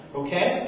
okay